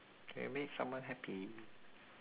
you made someone happy